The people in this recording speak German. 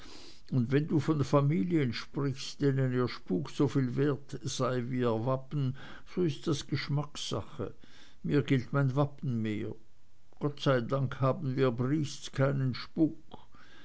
und wenn du von familien sprichst denen ihr spuk soviel wert sei wie ihr wappen so ist das geschmackssache mir gilt mein wappen mehr gott sei dank haben wir briests keinen spuk